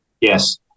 yes